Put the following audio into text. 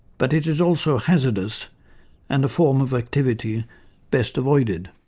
but it is also hazardous and a form of activity best avoided.